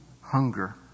hunger